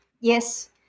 Yes